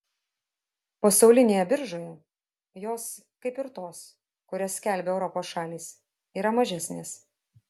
pasaulinėje biržoje jos kaip ir tos kurias skelbia europos šalys yra mažesnės